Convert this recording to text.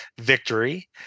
victory